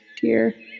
dear